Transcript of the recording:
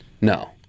No